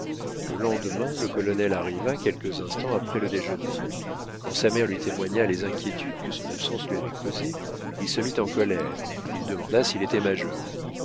le lendemain le colonel arriva quelques instants après le déjeuner quand sa mère lui témoigna les inquiétudes que son absence lui avait causées il se mit en colère il demanda s'il était majeur